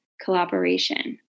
collaboration